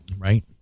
Right